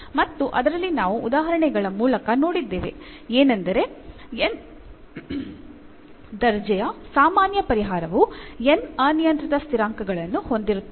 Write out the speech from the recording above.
ಮತ್ತು ಅದರಲ್ಲಿ ನಾವು ಉದಾಹರಣೆಗಳ ಮೂಲಕ ನೋಡಿದ್ದೇವೆ ಏನೆಂದರೆ n ನೇ ದರ್ಜೆಯ ಸಾಮಾನ್ಯ ಪರಿಹಾರವು n ಅನಿಯಂತ್ರಿತ ಸ್ಥಿರಾಂಕಗಳನ್ನು ಹೊಂದಿರುತ್ತದೆ